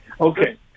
Okay